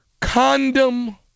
Condom